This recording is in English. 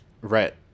Right